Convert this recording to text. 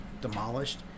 demolished